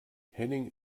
henning